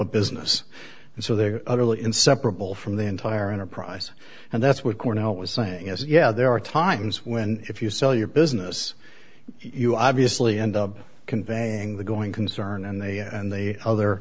a business and so they're utterly inseparable from the entire enterprise and that's what cornell was saying is yeah there are times when if you sell your business you obviously end up conveying the going concern and they and the other